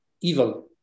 evil